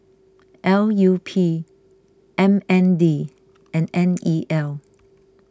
L U P M N D and N E L